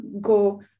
go